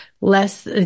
less